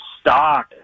stock